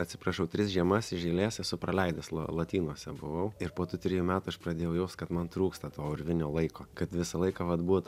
atsiprašau tris žiemas iž eilės esu praleidęs lo latinuose buvau ir po tų trijų metų aš pradėjau jaust kad man trūksta to urvinio laiko kad visą laiką vat būt